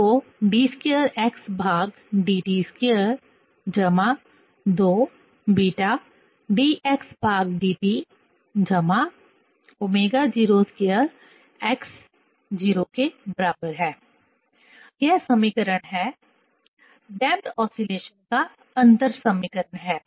तो d2xdt2 2βdxdt ω02x 0 यह समीकरण है डैंपड ऑस्लेशन का अंतर समीकरण है